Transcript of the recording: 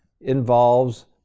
involves